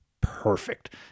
perfect